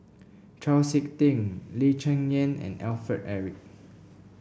Chau SiK Ting Lee Cheng Yan and Alfred Eric